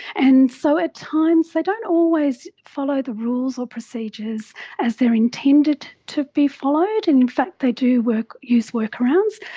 and so at times they don't always follow the rules or procedures as they are intended to be followed, and in fact they do use workarounds.